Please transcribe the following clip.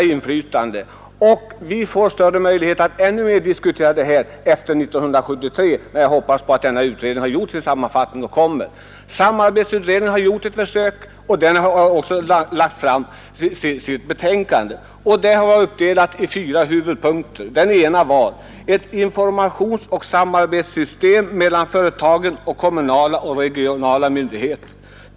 Vi får dessutom större möjlighet att diskutera detta efter 1973, när jag hoppas att denna utredning har gjort sin sammanfattning. Samarbetsutredningen har i stort sammanfattat sitt betänkande i fyra huvudpunkter. För det första: ett informationsoch samarbetssystem mellan företagen och kommunala och regionala myndigheter.